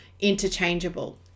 interchangeable